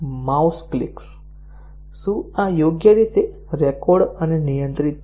mouse clicks શું આ યોગ્ય રીતે રેકોર્ડ અને નિયંત્રિત છે